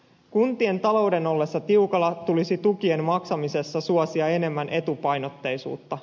kuntien talouden ollessa tiukalla tulisi tukien maksamisessa suosia enemmän etupainotteisuutta